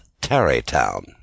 Tarrytown